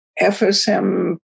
FSM